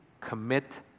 commit